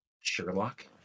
sherlock